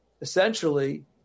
Essentially